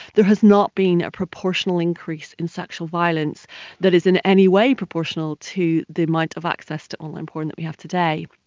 there has not been a proportional increase in sexual violence that is in any way proportional to the amount of access to online porn that we have today.